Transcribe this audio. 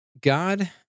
God